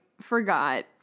forgot